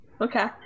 okay